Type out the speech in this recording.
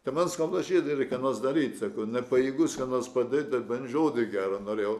tai man skauda širdį reik ką nors daryti sakau nepajėgus kam nors padėt bet bent žodį gerą norėjau